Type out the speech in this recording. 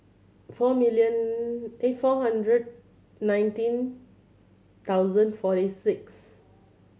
four million four hundred nineteen thousand forty six